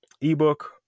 ebook